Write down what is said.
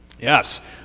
Yes